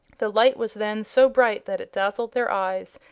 the light was then so bright that it dazzled their eyes,